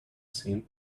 same